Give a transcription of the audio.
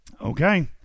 Okay